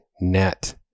net